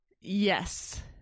Yes